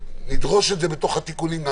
נדרוש את זה בתוך התיקונים,